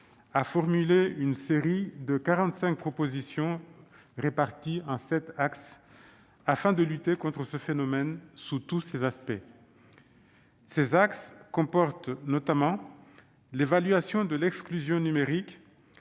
a formulé une série de quarante-cinq propositions réparties en sept axes afin de lutter contre ce phénomène sous tous ses aspects. Ces axes comportent notamment l'évaluation de l'exclusion numérique,